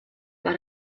war